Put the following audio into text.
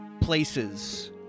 places